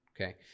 okay